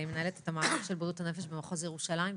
מנהלת את המערך של בריאות הנפש במחוז ירושלים.